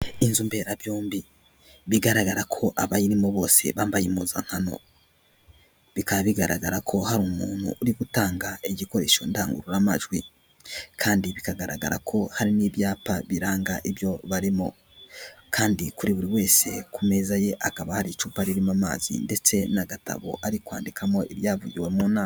Inzu mbera byombi, bigaragara ko abayirimo bose bambaye impuzankano. Bikaba bigaragara ko hari umuntu uri gutanga igikoresho ndangururamajwi kandi bikagaragara ko hari ibyapa biranga ibyo barimo Kandi kuri buri wese ku meza ye hakaba hari icupa ririmo amazi ndetse n'agatabo ari kwandikamo ibyavugiwe mu nama.